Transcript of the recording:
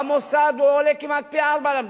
במוסד הוא עולה כמעט פי-ארבעה למדינה.